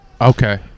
Okay